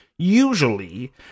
Usually